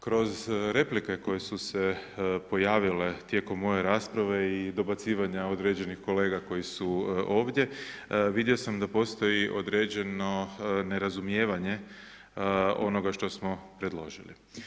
Kroz replike koje su se pojavile tijekom moje rasprave i dobacivanja određenih kolega koji su ovdje, vidio sam da postoji određeno nerazumijevanje onoga što smo predložili.